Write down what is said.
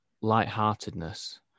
light-heartedness